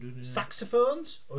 saxophones